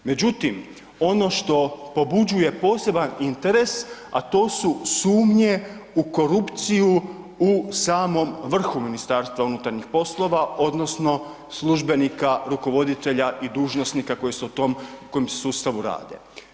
Međutim, ono što pobuđuje poseban interes, a to su sumnje u korupciju u samo vrhu MUP-a odnosno službenika, rukovoditelja i dužnosnika koji u tom sustavu rade.